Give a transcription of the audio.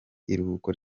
iruhuko